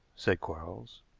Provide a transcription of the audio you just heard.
said quarles,